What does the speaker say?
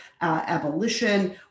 abolition